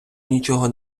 нічого